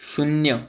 शून्य